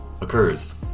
occurs